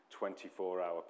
24-hour